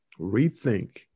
rethink